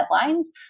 headlines